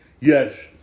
yes